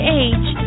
age